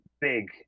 big